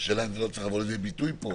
השאלה אם זה לא צריך לבוא לידי ביטוי פה?